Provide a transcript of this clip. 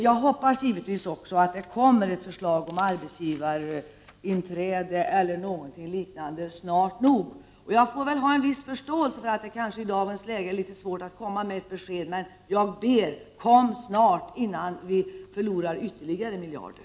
Jag hoppas givetvis också att det kommer ett förslag om arbetsgivarinträde eller något liknande snart nog. Jag får väl ha viss förståelse för att det i dagens läge är svårt för socialministern att lämna besked, men jag ber: Kom snart med förslag, innan vi förlorar ytterligare miljarder!